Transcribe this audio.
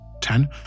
Ten